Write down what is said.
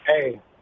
hey